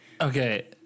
Okay